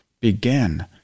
began